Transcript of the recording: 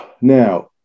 Now